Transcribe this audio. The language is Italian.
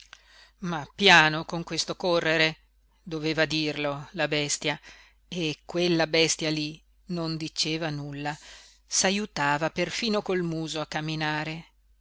ma piano con questo correre doveva dirlo la bestia e quella bestia lí non diceva nulla s'ajutava perfino col muso a camminare